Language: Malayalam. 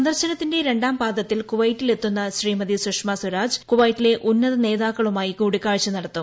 സന്ദർശനത്തിന്റെ രണ്ടാം പാതദത്തിൽ കുവൈറ്റിലെത്തുന്ന ശ്രീമതി സുഷമ സ്വരാജ് കുവൈറ്റിലെ ഉന്നത നേതാക്കളുമായി കൂടിക്കാഴ്ച നടത്തും